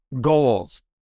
goals